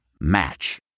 Match